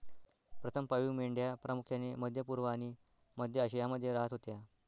प्रथम पाळीव मेंढ्या प्रामुख्याने मध्य पूर्व आणि मध्य आशियामध्ये राहत होत्या